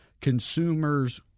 consumers